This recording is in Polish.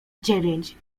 dziewięć